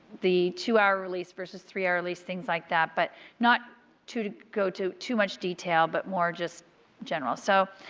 the two-hour release versus three hour release. things like that. but not to go to too much detail but more just general. so,